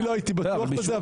אני לא הייתי בטוח בזה,